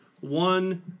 one